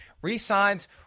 Resigns